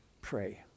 pray